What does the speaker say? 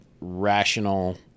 rational